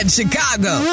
Chicago